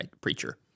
preacher